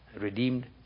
redeemed